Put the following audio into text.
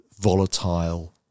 volatile